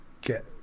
get